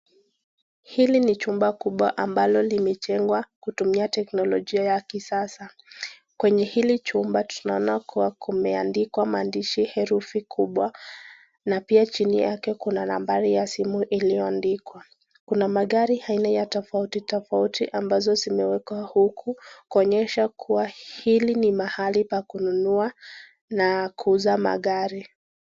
Hili ni chumba kubwa ambalo limejengwa kutumia teknolojia ya kisasa. Kwenye hili chumba tunaona kuwa kumeandikwa maandishi herufi kubwa na pia chini yake kuna nambari ya simu iliyoandikwa. Kuna magari aina ya tofauti tofauti ambazo zimewekwa huku kuonyesha kuwa hili ni mahali pa kununua na kuuza magari.